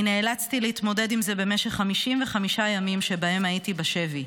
אני נאלצתי להתמודד עם זה במשך 55 ימים שבהם הייתי בשבי,